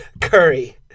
Curry